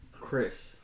Chris